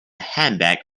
handbag